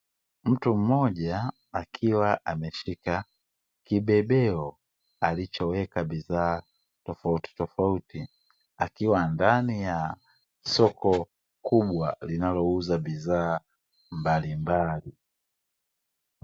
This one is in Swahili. Mtu mmoja akiwa ameshika kibebeo alichoweka bidhaa tofautitofauti, akiwa ndani ya soko kubwa linalouza bidhaa mbalimbali.